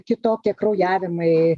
kitokie kraujavimai